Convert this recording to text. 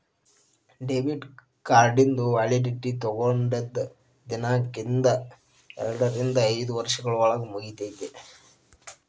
debit ಕಾರ್ಡಿಂದು validity ತೊಗೊಂಡದ್ ದಿನಾಂಕ್ದಿಂದ ಎರಡರಿಂದ ಐದ್ ವರ್ಷದೊಳಗ ಮುಗಿತೈತಿ